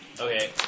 Okay